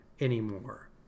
anymore